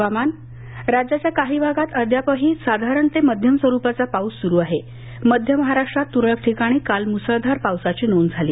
हवामान राज्याच्या काही भागात अद्यापही साधारण ते मध्यम स्वरूपाचा पाऊस सुरु असून मध्य महाराष्ट्रात तुरळक ठिकाणी काल मुसळधार पावसाची नोंद झाली